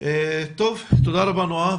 תודה רבה נעה.